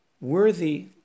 Worthy